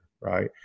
right